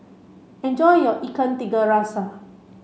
enjoy your Ikan Tiga Rasa